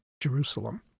Jerusalem